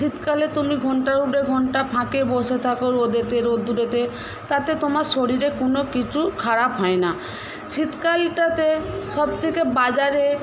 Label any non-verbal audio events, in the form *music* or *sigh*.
শীতকালে তুমি ঘন্টা *unintelligible* ঘন্টা ফাঁকে বসে থাক রোদে রোদ্দুেরে তাতে তোমার শরীরে কোনও কিছু খারাপ হয় না শীতকালে সবথেকে বাজারে